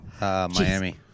Miami